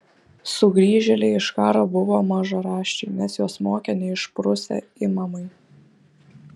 sugrįžėliai iš karo buvo mažaraščiai nes juos mokė neišprusę imamai